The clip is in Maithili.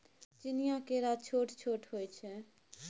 चीनीया केरा छोट छोट होइ छै